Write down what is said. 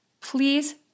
please